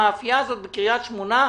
המאפייה הזאת בקריית שמונה,